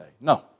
No